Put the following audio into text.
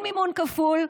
אין מימון כפול.